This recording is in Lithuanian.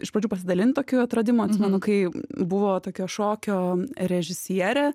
iš pradžių pasidalint tokiu atradimu atsimenu kai buvo tokio šokio režisierė